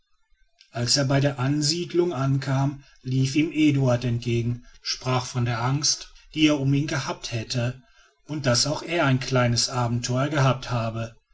als er bei der ansiedelung ankam lief ihm eduard entgegen sprach von der angst die er um ihn gehabt hätte und daß er auch ein kleines abenteuer gehabt habe